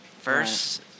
First